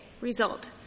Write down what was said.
result